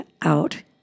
out